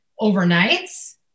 overnights